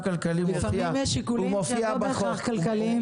לפעמים יש שיקולים שהם לא בהכרח כלכליים